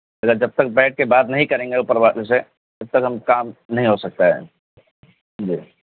اگر جب تک بیٹھ کے بات نہیں کریں گے اوپر والوں سے تب تک ہم کام نہیں ہو سکتا ہے جی